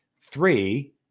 Three